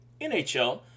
NHL